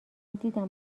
دیدم